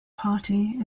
party